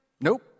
Nope